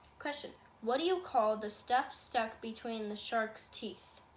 question what do you call the stuff stuck between the shark's teeth?